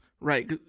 right